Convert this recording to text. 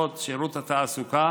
מבשרים לנו שאחרי חג השבועות,